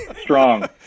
strong